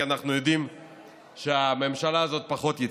כי אנחנו יודעים שהממשלה הזאת פחות יציבה.